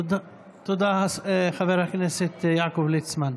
תודה, חבר הכנסת יעקב ליצמן.